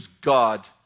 God